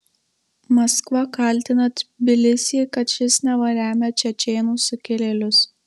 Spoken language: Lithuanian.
maskva kaltina tbilisį kad šis neva remia čečėnų sukilėlius